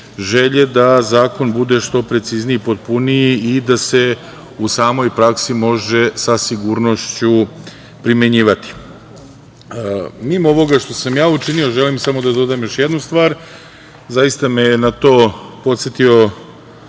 želje da zakon bude što precizniji i potpuniji i da se u samoj praksi može sa sigurnošću primenjivati. Mimo ovoga što sam ja učinio, želim samo da dodam još jednu stvar. Zaista me je na to podsetio